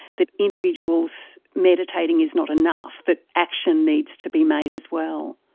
that individuals meditating is not enough, that action needs to be made as well.